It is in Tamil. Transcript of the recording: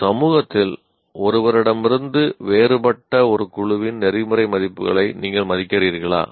ஒரு சமூகத்தில் ஒருவரிடமிருந்து வேறுபட்ட ஒரு குழுவின் நெறிமுறை மதிப்புகளை நீங்கள் மதிக்கிறீர்களா